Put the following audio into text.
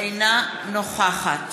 אינה נוכחת